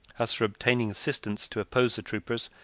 as for obtaining assistance to oppose the troopers,